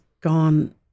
gone